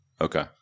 Okay